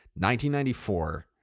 1994